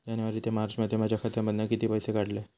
जानेवारी ते मार्चमध्ये माझ्या खात्यामधना किती पैसे काढलय?